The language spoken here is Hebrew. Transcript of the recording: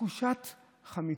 "תחושת חמיצות".